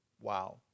Wow